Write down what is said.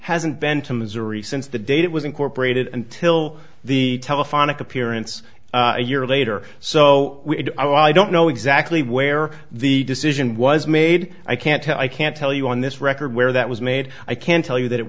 hasn't been to missouri since the date it was incorporated and till the telephonic appearance a year later so i don't know exactly where the decision was made i can't i can't tell you on this record where that was made i can tell you that it